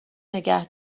نگه